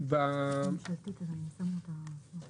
הרעיון הוא שעצם האימוץ